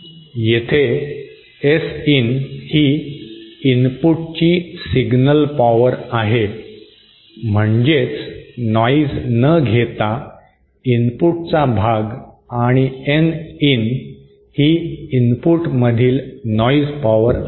येथे S in ही इनपुटची सिग्नल पॉवर आहे म्हणजेच नॉइज न घेता इनपुटचा भाग आणि N इन ही इनपुटमधील नॉइज पॉवर आहे